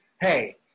hey